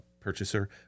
Purchaser